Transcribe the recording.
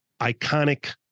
iconic